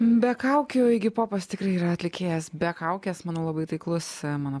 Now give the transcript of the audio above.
be kaukių igi popas tikrai yra atlikėjas be kaukės manau labai taiklus mano